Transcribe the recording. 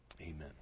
Amen